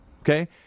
Okay